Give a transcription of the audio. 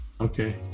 Okay